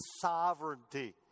sovereignty